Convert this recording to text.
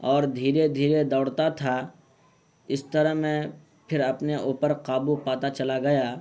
اور دھیرے دھیرے دوڑتا تھا اس طرح میں پھر اپنے اوپر قابو پاتا چلا گیا